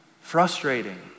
Frustrating